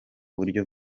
buryo